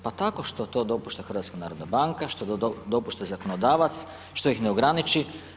Pa tako što to dopušta HNB, što dopušta zakonodavac, što ih ne ograniči.